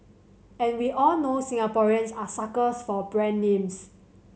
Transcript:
and we all know Singaporeans are suckers for brand names